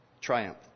triumph